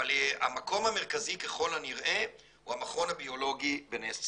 אבל המקום המרכזי ככל הנראה הוא המכון הביולוגי בנס ציונה.